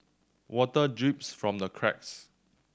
water drips from the cracks